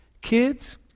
Kids